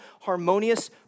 harmonious